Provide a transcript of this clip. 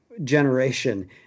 generation